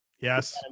yes